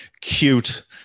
cute